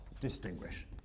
distinguish